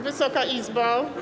Wysoka Izbo!